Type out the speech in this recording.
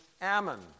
Ammon